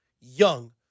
young